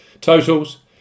Totals